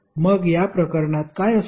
मग या प्रकरणात काय असेल